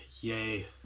yay